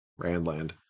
Randland